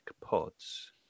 pods